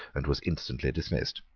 and was instantly dismissed.